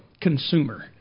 consumer